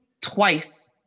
twice